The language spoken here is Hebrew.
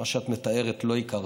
את מה שאת מתארת לא הכרתי.